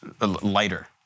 lighter